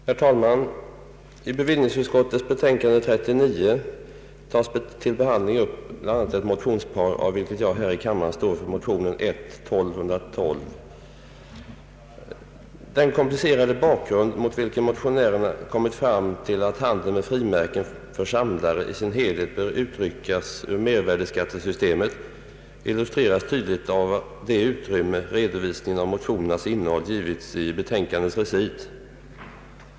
Herr talman! I bevillningsutskottets betänkande nr 39 upptas till behandling bl.a. ett motionspar, där jag här i kammaren står för motionen I: 1212. Den komplicerade bakgrund, mot vilken motionärerna kommit fram till att handeln med frimärken för samlare i sin helhet bör utryckas ur mervärdeskattesystemet, illustreras tydligast av det utrymme redovisningen av motionernas inehåll givits i betänkandets recit.